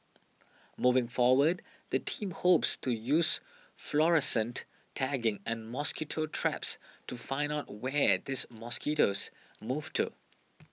moving forward the team hopes to use fluorescent tagging and mosquito traps to find out where these mosquitoes move to